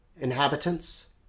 inhabitants